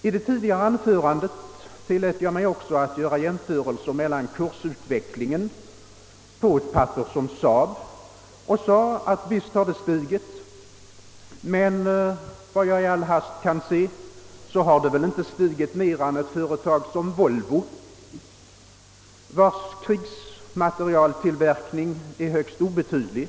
I mitt tidigare anförande sade jag att SAAB:s aktier har stigit, men enligt vad jag nu i all hast kan se har de inte stigit mer än t.ex. Volvos aktier, och det företagets krigsmaterieltillverkning är högst obetydlig.